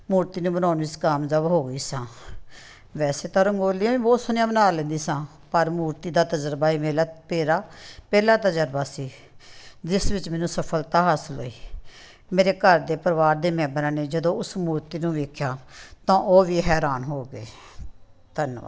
ਮੂਰਤੀ ਨੂੰ ਬਣਾਉਣ ਵਿਚ ਕਾਮਯਾਬ ਹੋ ਗਈ ਸਾਂ ਵੈਸੇ ਤਾਂ ਰੰਗੋਲੀਆਂ ਵੀ ਬਹੁਤ ਸੋਹਣੀਆਂ ਬਣਾ ਲੈਂਦੀ ਸਾਂ ਪਰ ਮੂਰਤੀ ਦਾ ਤਜਰਬਾ ਹੀ ਮੇਲਾ ਮੇਰਾ ਪਹਿਲਾ ਤਜਰਬਾ ਸੀ ਜਿਸ ਵਿੱਚ ਮੈਨੂੰ ਸਫ਼ਲਤਾ ਹਾਸਲ ਹੋਈ ਮੇਰੇ ਘਰ ਦੇ ਪਰਿਵਾਰ ਦੇ ਮੈਂਬਰਾਂ ਨੇ ਜਦੋਂ ਉਸ ਮੂਰਤ ਨੂੰ ਵੇਖਿਆ ਤਾਂ ਉਹ ਵੀ ਹੈਰਾਨ ਹੋ ਗਏ ਧੰਨਵਾਦ